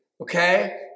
okay